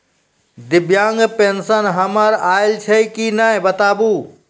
दिव्यांग पेंशन हमर आयल छै कि नैय बताबू?